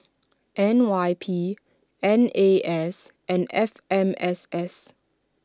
N Y P N A S and F M S S